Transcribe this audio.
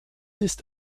ist